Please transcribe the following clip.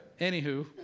Anywho